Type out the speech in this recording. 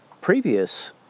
previous